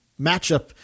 matchup